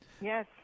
yes